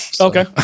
Okay